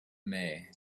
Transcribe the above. may